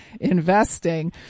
investing